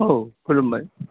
औ खुलुमबाय